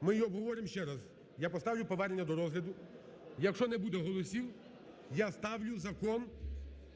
ми її обговоримо ще раз. Я поставлю повернення до розгляду, якщо не буде голосів, я ставлю закон